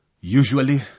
Usually